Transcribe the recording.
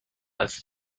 als